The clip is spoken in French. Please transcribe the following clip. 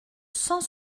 cent